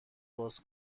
باز